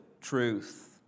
truth